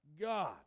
God